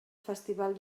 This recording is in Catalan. festival